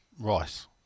rice